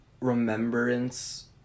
remembrance